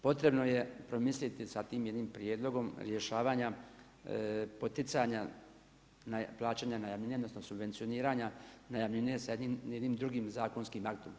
Potrebno je promisliti sa tim jednim prijedlogom rješavanja poticanja plaćanja najamnine odnosno subvencioniranja sa jednim drugim zakonskim aktom.